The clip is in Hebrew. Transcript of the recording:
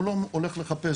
הוא לא הולך לחפש,